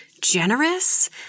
generous